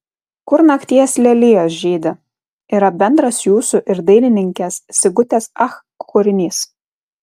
kur nakties lelijos žydi yra bendras jūsų ir dailininkės sigutės ach kūrinys